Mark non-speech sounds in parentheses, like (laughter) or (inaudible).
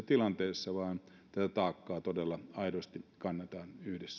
(unintelligible) tilanteessa vaan tätä taakkaa todella aidosti kannetaan